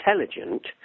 intelligent